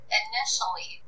initially